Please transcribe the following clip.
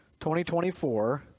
2024